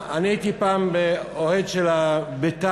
אני הייתי פעם אוהד של ביתר-עילית,